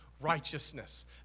righteousness